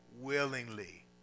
willingly